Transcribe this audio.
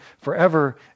forever